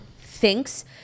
thinks